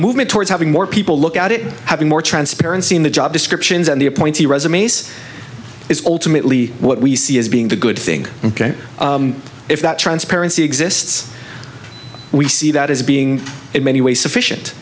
movement towards having more people look at it having more transparency in the job descriptions and the appointee resumes is ultimately what we see as being the good thing ok if that transparency exists we see that as being in many ways sufficient